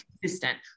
consistent